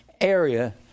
area